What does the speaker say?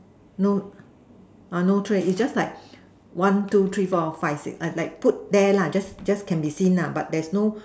no no tray is just like one two three four five six like put there lah just just can be seen lah but there's no